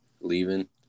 leaving